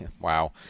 wow